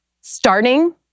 starting